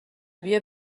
بیا